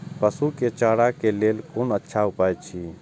पशु के चारा के लेल कोन अच्छा उपाय अछि?